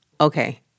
Okay